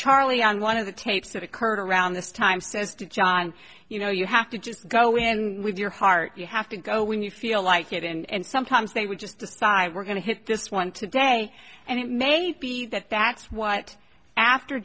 charlie on one of the tapes that occurred around this time says to john you know you have to just go in with your heart you have to go when you feel like it and sometimes they would just decide we're going to hit this one today and it may be that that's what after